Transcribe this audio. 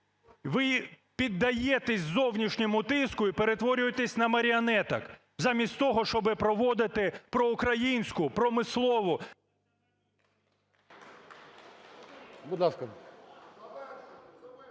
Ви піддаєтесь зовнішньому тиску і перетворюєтесь на маріонеток замість того, щоби проводити проукраїнську, промислову…